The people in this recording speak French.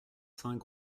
cinq